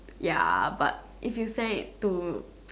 ya but if you send it to